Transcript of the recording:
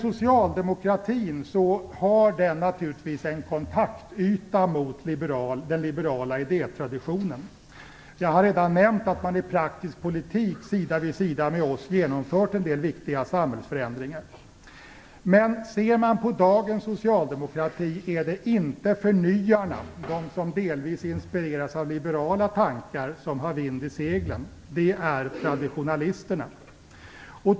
Socialdemokratin har naturligtvis en kontaktyta mot den liberala idétraditionen. Jag har redan nämnt att man i praktisk politik sida vid sida med oss genomfört en del viktiga samhällsförändringar. Men ser man på dagens socialdemokrati är det inte förnyarna, de som delvis inspirerats av liberala tankar, som har vind i seglen, utan det är traditionalisterna.